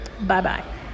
Bye-bye